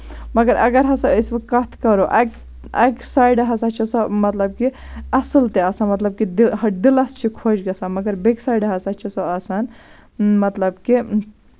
مَگر اَگر ہسا أسۍ وۄنۍ کَتھ کرو اَکہِ اکہِ سایڈٕ ہسا چھِ سۄ مطلب کہِ اَصٕل تہِ آسان مطلب کہِ دِل دِلَس چھِ خۄش گژھان مَگر بیٚکہِ سایڈٕ ہسا چھِ سۄ آسان مطلب کہِ